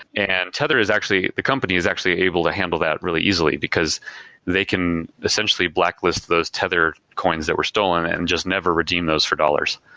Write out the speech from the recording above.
and tether is actually the company is actually able to handle that really easily, because they can essentially blacklist those tether coins that were stolen and just never redeem those for dollars.